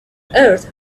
earth